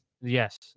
Yes